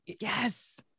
yes